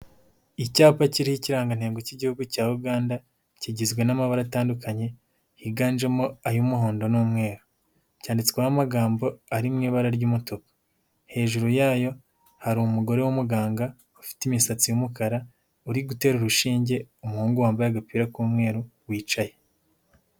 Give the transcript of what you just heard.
Icyapa kiriho ikirangantego cy'igihugu cya Uganda kigizwe n'amabara atandukanye higanjemo ay'umuhondo n'umweru, cyanditsweho amagambo ari mu ibara ry'umutuku. Hejuru yayo hari umugore w'umuganga ufite imisatsi y'umukara uri gutera urushinge umuhungu wambaye agapira k'umweru wicaye.